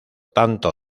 tanto